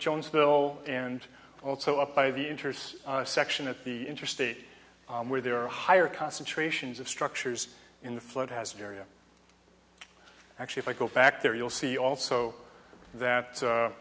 jonesville and also up by the interest section at the interstate where there are higher concentrations of structures in the flood has an area actually if i go back there you'll see also that